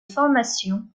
formations